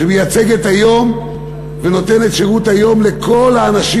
שמייצגת היום ונותנת היום שירות לכל האנשים